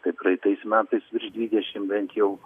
tai praeitais metais virš dvidešimt bent jau